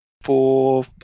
four